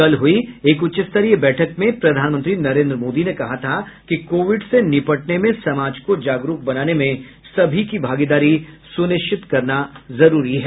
कल हुई एक उच्चस्तरीय बैठक में प्रधानमंत्री नरेन्द्र मोदी ने कहा था कि कोविड से निपटने में समाज को जागरूक बनाने में सभी की भागीदारी सुनिश्चित करना जरूरी है